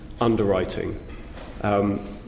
underwriting